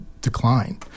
decline